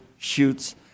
shoots